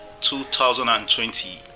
2020